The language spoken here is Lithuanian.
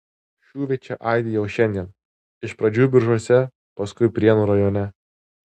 šūviai čia aidi jau šiandien iš pradžių biržuose paskui prienų rajone